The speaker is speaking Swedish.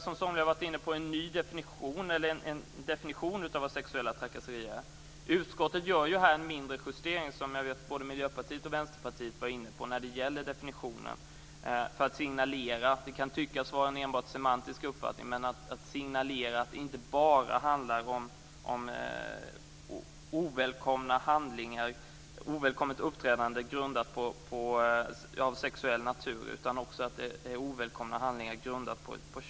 Som somliga har varit inne på innebär lagen en definition av vad sexuella trakasserier är. Utskottet gör en mindre justering - som jag vet att både Miljöpartiet och Vänsterpartiet varit inne på - när det gäller definitionen. Man vill signalera att detta inte bara handlar om ovälkommet uppträdande av sexuell natur, utan också om ovälkomna handlingar grundade på kön.